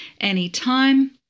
anytime